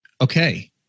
Okay